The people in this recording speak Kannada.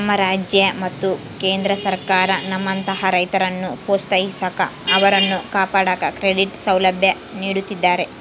ನಮ್ಮ ರಾಜ್ಯ ಮತ್ತು ಕೇಂದ್ರ ಸರ್ಕಾರ ನಮ್ಮಂತಹ ರೈತರನ್ನು ಪ್ರೋತ್ಸಾಹಿಸಾಕ ಅವರನ್ನು ಕಾಪಾಡಾಕ ಕ್ರೆಡಿಟ್ ಸೌಲಭ್ಯ ನೀಡುತ್ತಿದ್ದಾರೆ